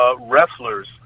wrestlers